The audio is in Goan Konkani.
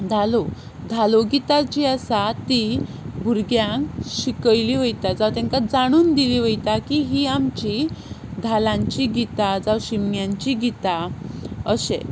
धालो धालो गितां जीं आसा तीं भुरग्यांक शिकयलीं वता जावं तांकां जाणून दिलीं वता की हीं आमचीं धालांचीं गितां जावं शिगम्यांचीं गितां अशें